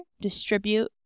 distribute